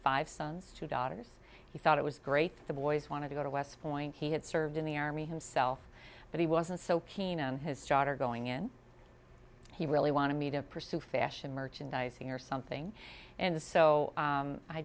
five sons two daughters he thought it was great the boys wanted to go to west point he had served in the army himself but he wasn't so keen on his daughter going in he really wanted me to pursue fashion merchandising or something and